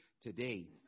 today